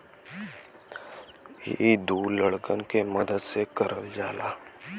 इ दू लड़कन के मदद से करल जाला